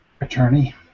attorney